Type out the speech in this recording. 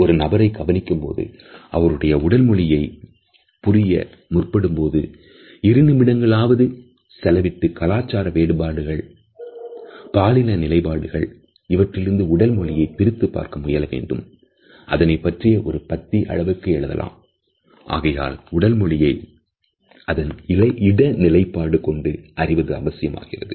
ஒரு நபரை கவனிக்கும்போது அவருடைய உடல் மொழியை புரிய முற்படும்போது இரு நிமிடங்களாவது செலவிட்டு கலாச்சார வேறுபாடுகள் பாலின நிலைபாடுகள் இவற்றிலிருந்து உடல் மொழியை பிரித்துப் பார்க்க முயல வேண்டும் அதனைப் பற்றி ஒரு பத்தி அளவுக்குஆகையால் இடத்திற்கு தகுந்தார் போல் உடல் மொழி அமைவதை அறிவது அவசியமானது